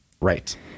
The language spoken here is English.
right